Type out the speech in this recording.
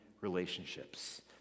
relationships